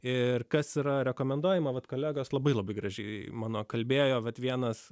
ir kas yra rekomenduojama vat kolegos labai labai graži mano kalbėjo kad vienas